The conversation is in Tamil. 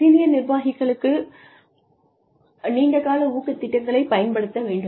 சீனியர் நிர்வாகிகளுக்கு நீண்டகால ஊக்கத் திட்டங்களைப் பயன்படுத்த வேண்டுமா